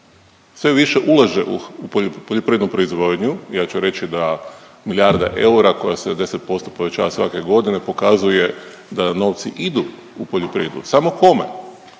sve više ulaže u poljoprivrednu proizvodnju. Ja ću reći da milijarda eura koja se 10% povećava svake godine pokazuje da novci idu u poljoprivredu. Samo kome?